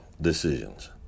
decisions